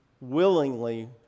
willingly